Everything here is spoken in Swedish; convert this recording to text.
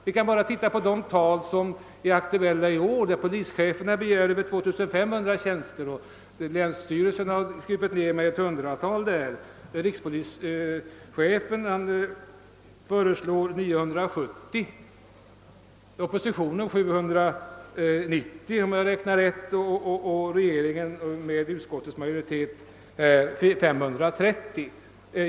Men låt oss se på det antal tjänster som är aktuella i år. Polischeferna begär över 2500 nya tjänster men länsstyrelserna har krympt detta antal med ett hundratal. Rikspolischefen föreslår 970 tjänster och oppositionen 790 — om jag räknar rätt — och regeringen med utskottets majoritet 530.